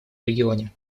регионе